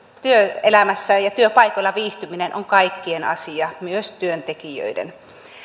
työelämässä ja ja työpaikoilla viihtyminen on kaikkien asia myös työntekijöiden